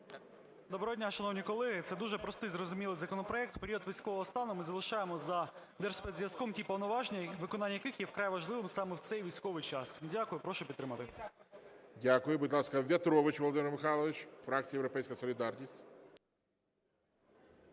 Доброго дня, шановні колеги. Це дуже простий і зрозумілий законопроект. В період військового стану ми залишаємо за Держспецзв'язком ті повноваження, виконання яких є вкрай важливим саме в цей військовий час. Дякую. Прошу підтримати. ГОЛОВУЮЧИЙ. Дякую. Будь ласка, В'ятрович Володимир Михайлович, фракція "Європейська Солідарність"